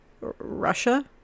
Russia